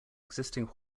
existing